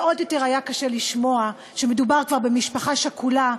עוד יותר קשה היה לשמוע שמדובר במשפחה שכולה,